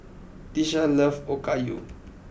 Tisha loves Okayu